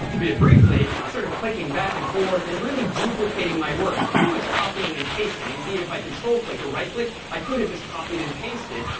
all be it briefly, sort of clicking back and forth and really duplicating my work pretty much copying and pasting. indeed, if i control clicked or right clicked, i could have just copied and pasted.